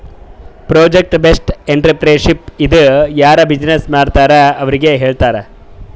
project based entrepreneurship ಇದು ಯಾರು business ಮಾಡ್ತಾರ್ ಅವ್ರಿಗ ಹೇಳ್ತಾರ್